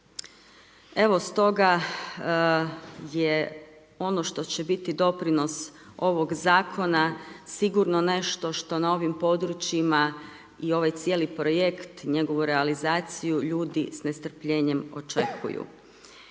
Evo stoga, je ono što će biti doprinos ovog zakona, sigurno nešto što na ovim područjima i ovaj cijeli projekt, i njegovu realizaciju, ljudi s nestrpljenjem očekuju.